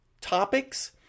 topics